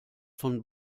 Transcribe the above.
von